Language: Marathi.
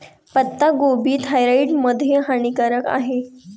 पत्ताकोबी थायरॉईड मध्ये हानिकारक आहे